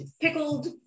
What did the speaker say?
pickled